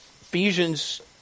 Ephesians